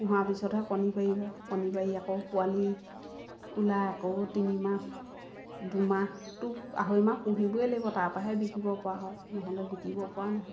পোহাৰ পিছতহে কণী পাৰিব কণী পাৰি আকৌ পোৱালি ওলাই আকৌ তিনিমাহ দুমাহটো আঢ়ৈ মাহ পুহিবই লাগিব তাৰপৰাহে বিকিবপৰা হয় নহ'লে বিকিবপৰা নহয়